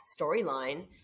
storyline